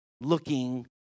looking